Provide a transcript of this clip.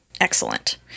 excellent